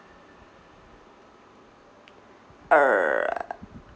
err